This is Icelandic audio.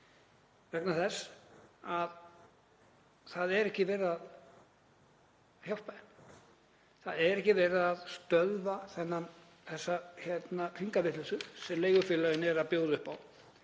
vegna þess að það er ekki verið að hjálpa þeim. Það er ekki verið að stöðva þessa hringavitleysu sem leigufélögin er að bjóða upp á.